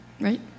right